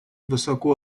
высоко